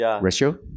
ratio